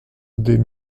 des